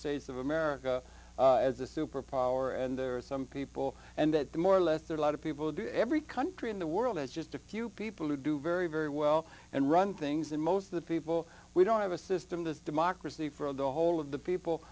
states of america as a superpower and there are some people and that the more or less there are a lot of people do every country in the world as you the few people who do very very well and run things and most of the people we don't have a system that's democracy for the whole of the people